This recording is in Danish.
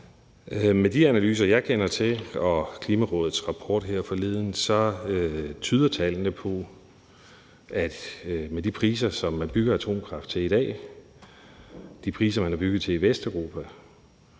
Med de analyser, jeg kender til, og Klimarådets rapport her forleden, tyder tallene på, at med de priser, som man bygger atomkraftværker til i dag, de priser, man har bygget til i Vesteuropa,